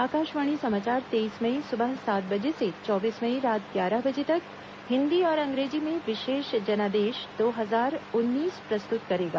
आकाशवाणी समाचार तेईस मई सुबह सात बजे से चौबीस मई रात ग्यारह बजे तक हिंदी और अंग्रेजी में विशेष जनादेश दो हजार उन्नीस प्रस्तुत करेगा